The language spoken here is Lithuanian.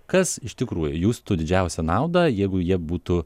kas iš tikrųjų justų didžiausią naudą jeigu jie būtų